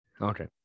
Okay